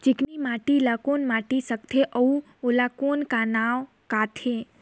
चिकनी माटी ला कौन माटी सकथे अउ ओला कौन का नाव काथे?